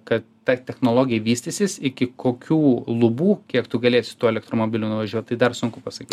kad ta technologija vystysis iki kokių lubų kiek tu galėsi tuo elektromobiliu nuvažiuot tai dar sunku pasaky